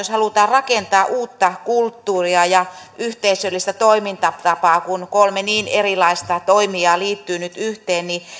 jos halutaan rakentaa uutta kulttuuria ja yhteisöllistä toimintatapaa kun kolme niin erilaista toimijaa liittyy nyt yhteen